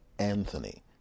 Anthony